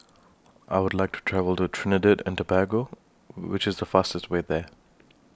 I Would like to travel to Trinidad and Tobago Which IS The fastest Way There